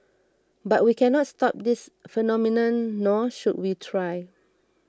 but we cannot stop this phenomenon nor should we try